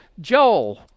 Joel